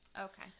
Okay